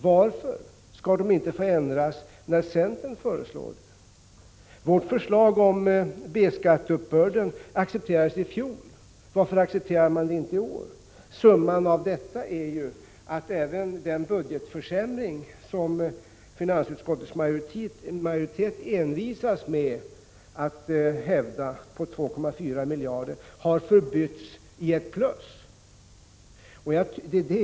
Varför kan de inte ändras när centern föreslår det? Vårt förslag om B-skatteuppbörden accepterades i fjol, varför accepterar man inte det i år? Summan av detta är ju att även den budgetförsämring på 2,4 miljarder som finansutskottets majoritet envisats med att hävda förbytts i ett plus.